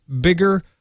bigger